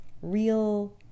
real